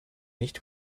nicht